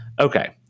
Okay